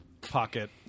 Pocket